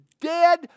dead